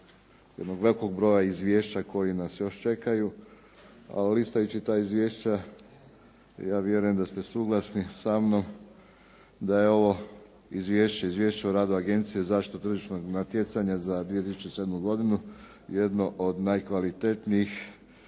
jednog velikog broja izvješća koji nas još čekaju, a listajući ta izvješća ja vjerujem da ste suglasni sa mnom da je ovo izvješće, izvješće o radu Agencije za zaštitu tržišnog natjecanja za 2007. godinu jedno od najkvalitetnijih